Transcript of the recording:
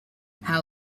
how